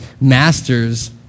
masters